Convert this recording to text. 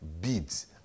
beads